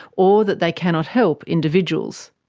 or that they cannot help individuals.